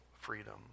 freedom